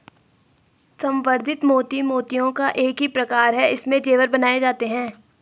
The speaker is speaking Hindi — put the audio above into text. संवर्धित मोती मोतियों का ही एक प्रकार है इससे जेवर बनाए जाते हैं